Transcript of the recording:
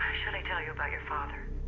should i tell you about your father?